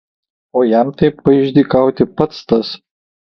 o jam taip paišdykauti pats tas